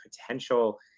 potential